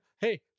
Hey